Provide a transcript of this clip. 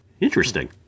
interesting